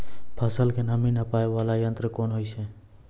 फसल के नमी नापैय वाला यंत्र कोन होय छै